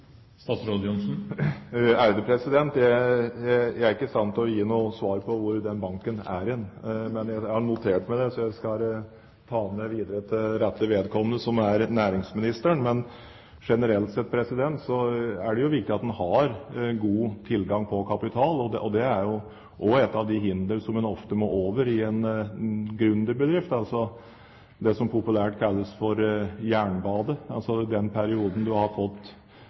Jeg er ikke i stand til å gi noe svar på hvor den banken er. Men jeg har notert meg det, så jeg skal ta det med videre til rette vedkommende, som er næringsministeren. Generelt sett er det jo viktig at en har god tilgang på kapital, og det er også ett av de hinder som en ofte må over i en gründerbedrift, det som populært kalles for jernbadet, altså den perioden fra du har fått